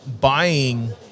buying